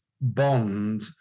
bond